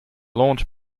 launch